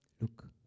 Look